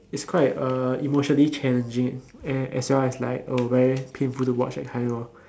its quite uh emotionally challenging as well as like oh very painful to watch that kind lor